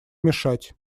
мешать